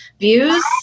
views